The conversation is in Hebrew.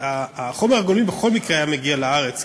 החומר הגולמי בכל מקרה היה מגיע לארץ.